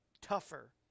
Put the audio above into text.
tougher